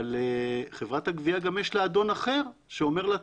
אבל לחברת הגבייה יש גם אדון אחר שאומר לה: